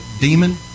demon